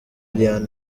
lilian